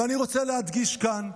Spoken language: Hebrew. ואני רוצה להדגיש כאן: